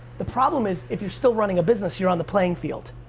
the problem is, if you're still running a business, you're on the playing field.